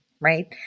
right